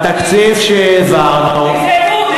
בתקציב שהעברנו, איזה אמון?